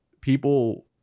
people